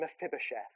Mephibosheth